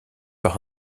par